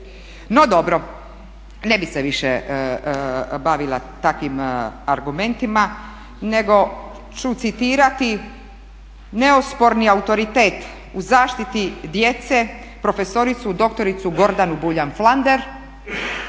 No dobro, ne bih se više bavila takvim argumentima nego ću citirati neosporni autoritet u zaštiti djece prof.dr. Gordanu Buljan Flander